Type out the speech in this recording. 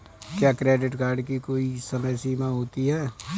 क्या credit card की कोई समय सीमा होती है?